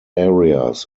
areas